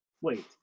wait